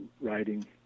writing